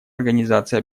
организации